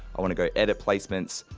i wanna go edit placements,